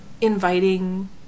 inviting